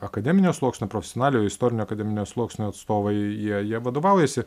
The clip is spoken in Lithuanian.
akademinio sluoksnio profesionaliojo istorinio akademinio sluoksnio atstovai jie jie vadovaujasi